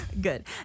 Good